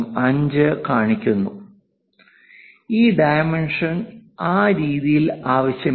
5 കാണിക്കുന്നു ഈ ഡൈമെൻഷൻ ആ രീതിയിൽ ആവശ്യമില്ല